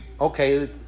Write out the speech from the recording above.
okay